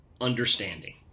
understanding